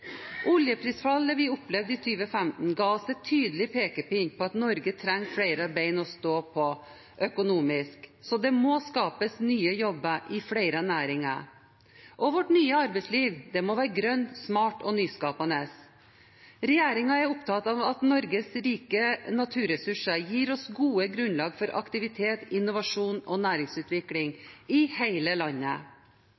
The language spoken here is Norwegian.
Oljeprisfallet vi opplevde i 2015, ga oss en tydelig pekepinn på at Norge trenger flere ben å stå på økonomisk, så det må skapes nye jobber i flere næringer. Vårt nye arbeidsliv må være grønt, smart og nyskapende. Regjeringen er opptatt av at Norges rike naturressurser gir oss et godt grunnlag for aktivitet, innovasjon og næringsutvikling